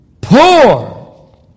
poor